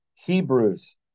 Hebrews